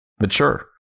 mature